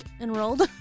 Enrolled